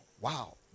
wow